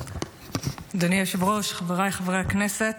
אדוני היושב-ראש, חבריי חברי הכנסת.